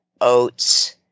oats